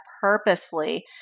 purposely